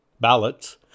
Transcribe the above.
ballots